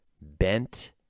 bent